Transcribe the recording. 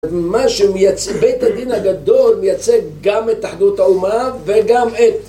בית הדין הגדול מייצג גם את אחדות האומה וגם את...